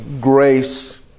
grace